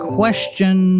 question